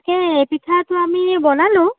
তাকেই পিঠাতো আমি বনালোঁ